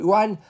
one